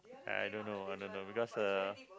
I don't know I don't know because uh